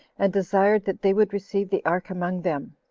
and desired that they would receive the ark among them.